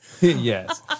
Yes